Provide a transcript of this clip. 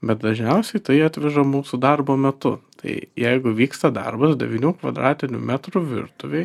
bet dažniausiai tai atveža mūsų darbo metu tai jeigu vyksta darbas devynių kvadratinių metrų virtuvėj